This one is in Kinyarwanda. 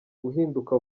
uhinduka